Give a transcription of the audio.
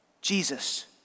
Jesus